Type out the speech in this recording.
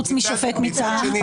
חוץ משופט מטעם?